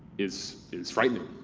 is is frightening.